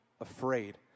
afraid